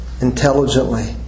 intelligently